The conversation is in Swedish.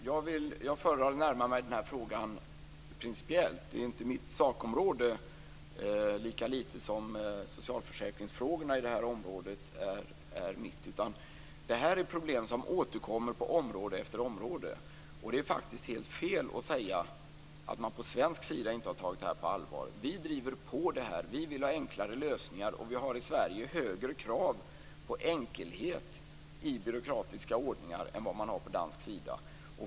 Fru talman! Jag föredrar att närma mig den här frågan principiellt. Detta är inte mitt sakområde, lika litet som socialförsäkringsfrågorna i det här området är det. Det här är ett problem som återkommer på område efter område. Det är helt fel att säga att man på svensk sida inte har tagit det här på allvar. Vi driver på. Vi vill ha enklare lösningar. I Sverige har vi högre krav på enkelhet när det gäller byråkratisk ordning än vad man har på dansk sida.